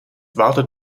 wartet